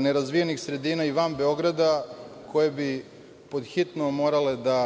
nerazvijenih sredina i van Beograda koje bi pod hitno morale da